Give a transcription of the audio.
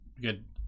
good